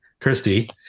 Christy